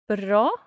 Bra